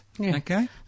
Okay